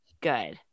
good